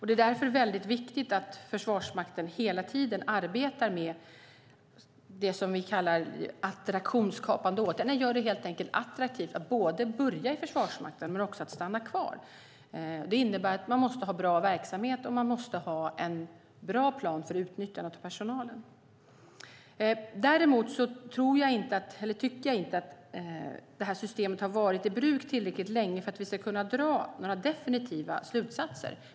Det är därför väldigt viktigt att Försvarsmakten hela tiden arbetar med det som vi kallar attraktionsskapande åtgärder. Man ska helt enkelt göra det attraktivt att både börja i Försvarsmakten och stanna kvar. Det innebär att man måste ha bra verksamhet och en bra plan för utnyttjande av personalen. Jag tycker däremot inte att systemet har varit i bruk tillräckligt länge för att vi ska kunna dra några definitiva slutsatser.